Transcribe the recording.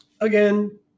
again